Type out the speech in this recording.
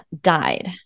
died